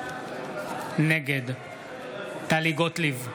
נגד טלי גוטליב,